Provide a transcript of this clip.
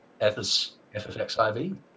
ffxiv